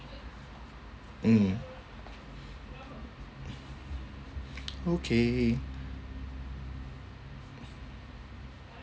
mm okay